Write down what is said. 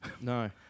No